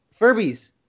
Furbies